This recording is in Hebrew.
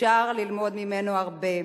אפשר ללמוד ממנו הרבה.